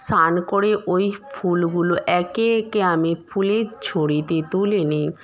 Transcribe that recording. স্নান করে ওই ফুলগুলো একে একে আমি ফুলের ঝুড়িতে তুলে নিই